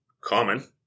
common